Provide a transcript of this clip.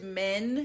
men